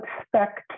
expect